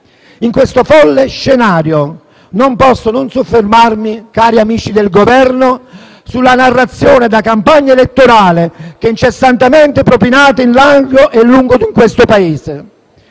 In questo folle scenario non posso non soffermarmi, cari amici del Governo, sulla narrazione da campagna elettorale che incessantemente propinate in largo e in lungo per il Paese.